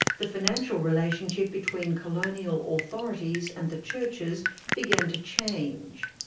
the financial relationship between colonial authorities and the churches began to change.